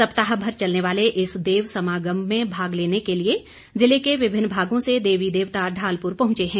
सप्ताहभर चलने वाले इस देव समागम में भाग लेने के लिए जिले के विभिन्न भागों से देवी देवता ढालपुर पहुंचे हैं